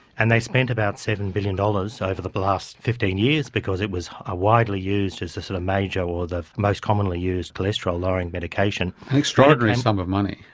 and they spent about seven billion dollars so over the but last fifteen years because it was ah widely used as a sort of major or the most commonly used cholesterol lowering medication. an extraordinary sum of money.